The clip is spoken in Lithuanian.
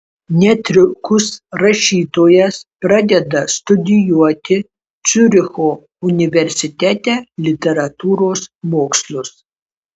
netrukus rašytojas pradeda studijuoti ciuricho universitete literatūros mokslus